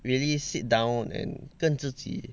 really sit down and 跟自己